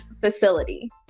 facility